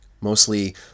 mostly